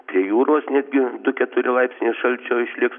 prie jūros netgi du keturi laipsniai šalčio išliks